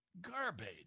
Garbage